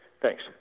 Thanks